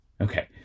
Okay